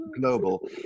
global